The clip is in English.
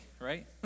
right